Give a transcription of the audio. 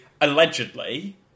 allegedly